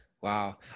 Wow